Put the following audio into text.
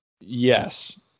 Yes